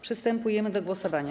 Przystępujemy do głosowania.